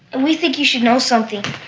and we think you should know something.